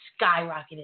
skyrocketed